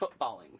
footballing